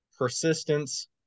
persistence